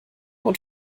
und